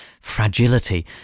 fragility